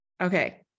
okay